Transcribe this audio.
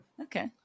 okay